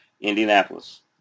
Indianapolis